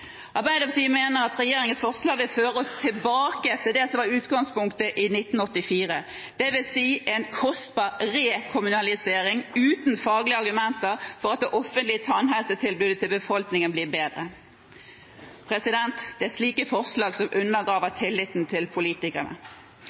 Arbeiderpartiet mener at regjeringens forslag vil føre oss tilbake til det som var utgangspunktet i 1984, dvs. en kostbar rekommunalisering uten faglige argumenter for at det offentlige tannhelsetilbudet til befolkningen blir bedre. Det er slike forslag som undergraver tilliten til